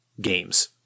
games